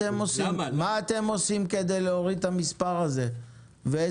מה אתם עושים כדי להוריד את המספר הזה ואיזה